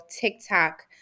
TikTok